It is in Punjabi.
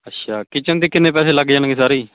ਅੱਛਾ ਕਿਚਨ ਦੇ ਕਿੰਨੇ ਪੈਸੇ ਲੱਗ ਜਾਣਗੇ ਸਾਰੇ ਜੀ